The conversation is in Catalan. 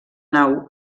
nau